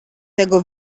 tego